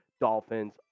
Dolphins